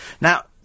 Now